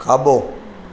खाॿो